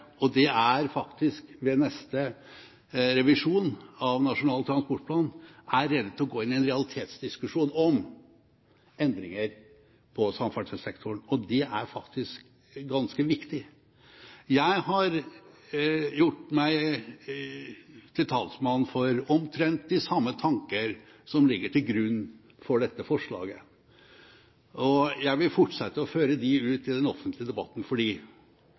og det er faktisk ved neste revisjon av Nasjonal transportplan, kan gå inn i en realitetsdiskusjon om endringer på samferdselssektoren. Det er faktisk ganske viktig. Jeg har gjort meg til talsmann for omtrent de samme tanker som ligger til grunn for dette forslaget. Jeg vil fortsette å føre dem ut i den offentlige debatten, for